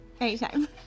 Anytime